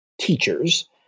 teachers